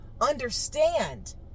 understand